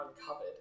uncovered